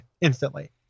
instantly